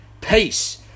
Peace